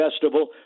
festival